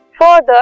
further